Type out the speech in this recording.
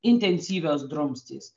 intensyvios drumstys